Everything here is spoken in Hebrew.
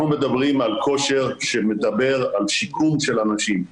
אנחנו מדברים על כושר שמדבר על שיקום של אנשים,